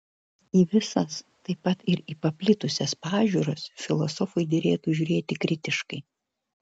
į visas taip pat ir į paplitusias pažiūras filosofui derėtų žiūrėti kritiškai